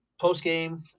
post-game